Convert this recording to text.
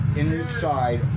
inside